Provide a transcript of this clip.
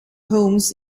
holmes